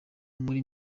muri